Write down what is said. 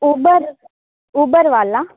Uber Uber వాళ్ళా